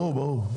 ברור, ברור.